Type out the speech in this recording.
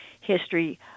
history